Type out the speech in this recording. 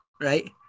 right